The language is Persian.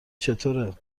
چطوره